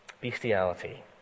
bestiality